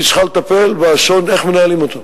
היא צריכה לטפל באסון, איך מנהלים אותו.